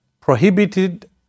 prohibited